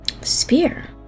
Spear